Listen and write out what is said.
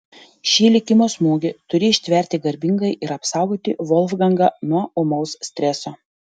šį likimo smūgį turi ištverti garbingai ir apsaugoti volfgangą nuo ūmaus streso